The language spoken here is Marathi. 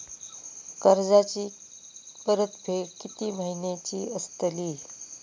कर्जाची परतफेड कीती महिन्याची असतली?